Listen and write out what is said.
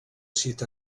siete